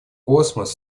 космос